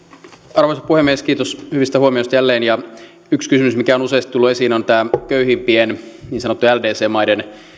arvoisa puhemies kiitos hyvistä huomioista jälleen yksi kysymys mikä on useasti tullut esiin on tämä köyhimpien niin sanottujen ldc maiden